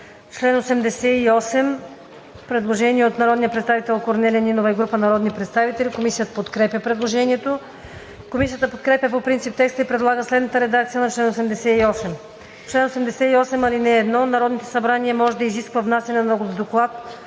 чл. 88 има предложение от народния представител Корнелия Нинова и група народни представители. Комисията подкрепя предложението. Комисията подкрепя по принцип текста и предлага следната редакция на чл. 88: „Чл. 88. (1) Народното събрание може да изисква внасянето на доклад